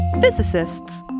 Physicists